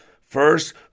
first